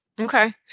Okay